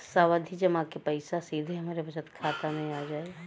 सावधि जमा क पैसा सीधे हमरे बचत खाता मे आ जाई?